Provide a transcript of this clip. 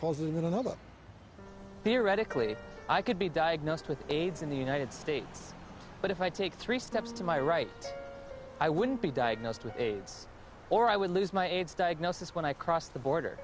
country theoretically i could be diagnosed with aids in the united states but if i take three steps to my right i wouldn't be diagnosed with aids or i would lose my aids diagnosis when i crossed the border